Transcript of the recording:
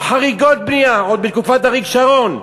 חריגות בנייה עוד מתקופת אריק שרון.